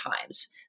times